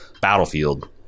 battlefield